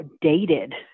dated